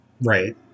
Right